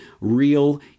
real